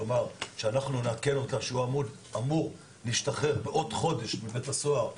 כלומר שאנחנו נעדכן אותה שהוא אמור להשתחרר בעוד חודש מבית הסוהר,